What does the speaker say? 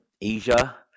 Asia